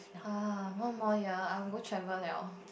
err one more year I'll go travel [liao]